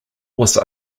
was